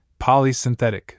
polysynthetic